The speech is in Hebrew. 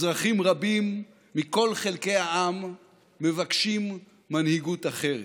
אזרחים רבים מכל חלקי העם מבקשים מנהיגות אחרת,